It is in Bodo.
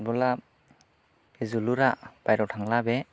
फुटबला जोलुरा बायह्रायाव थांबा बे